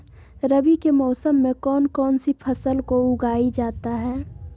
रवि के मौसम में कौन कौन सी फसल को उगाई जाता है?